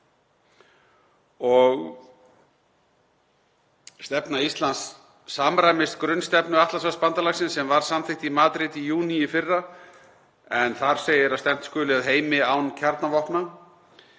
Stefna Íslands samræmist grunnstefnu Atlantshafsbandalagsins sem var samþykkt í Madríd í júní í fyrra en þar segir að stefnt skuli að heimi án kjarnavopna.